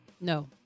No